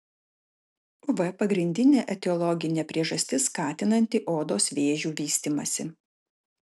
uv pagrindinė etiologinė priežastis skatinanti odos vėžių vystymąsi